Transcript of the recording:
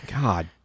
God